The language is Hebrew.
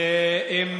ואם